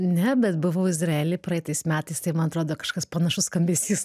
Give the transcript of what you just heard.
ne bet buvau izraely praeitais metais tai man atrodo kažkoks panašus skambesys